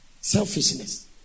Selfishness